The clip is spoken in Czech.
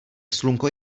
slunko